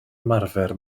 ymarfer